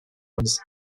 runs